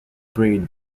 breed